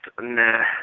nah